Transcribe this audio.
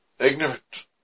ignorant